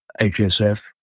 HSF